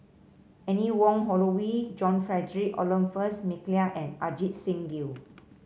Anne Wong Holloway John Frederick Adolphus McNair and Ajit Singh Gill